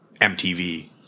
MTV